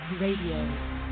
Radio